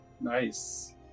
Nice